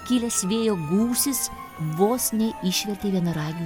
kilęs vėjo gūsis vos ne išvertė vienaragių